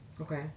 Okay